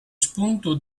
spunto